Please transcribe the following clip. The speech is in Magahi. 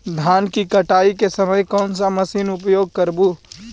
धान की कटाई के समय कोन सा मशीन उपयोग करबू?